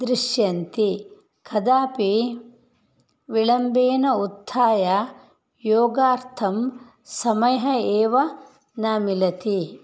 दृश्यन्ति कदापि विळम्बेन उत्थाय योगार्थं समयः एव न मिलति